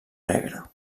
negre